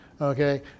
Okay